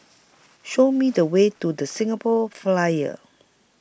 Show Me The Way to The Singapore Flyer